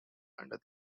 under